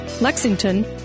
Lexington